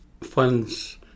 funds